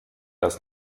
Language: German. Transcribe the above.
das